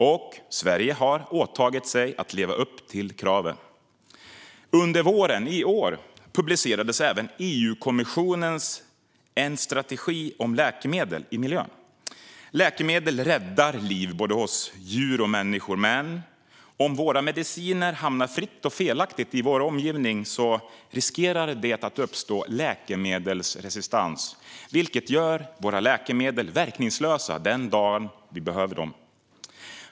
Och Sverige har åtagit sig att leva upp till kraven. Under våren i år publicerade även EU-kommissionen en strategi om läkemedel i miljön. Läkemedel räddar liv hos djur och människor, men om våra mediciner hamnar fritt och felaktigt i vår omgivning finns risk för att läkemedelsresistens uppstår, vilket gör våra läkemedel verkningslösa den dagen vi behöver dem.